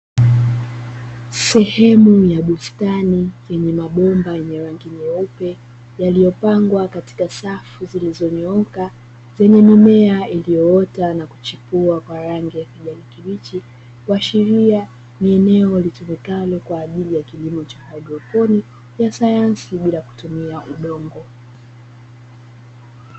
Sehemu ya bustani yenye mabomba yenye rangi nyeupe yaliyopangwa katika safu zilizonyooka zenye mimea iliyoota na kuchipua kwa rangi ya kijani kibichi, huashiria ni eneo litumikalo kwa ajili ya kilimo cha haidroponi ya sayansi bila kutumia udongo.